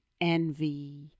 envy